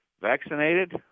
vaccinated